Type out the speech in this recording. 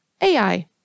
Ai